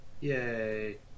Yay